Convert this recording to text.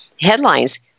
headlines